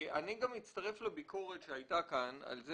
אני גם מצטרף לביקורת שהייתה כאן על זה